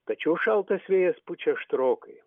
tačiau šaltas vėjas pučia aštrokai